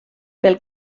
pel